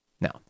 Now